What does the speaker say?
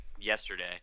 yesterday